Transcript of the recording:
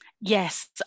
Yes